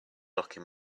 blocking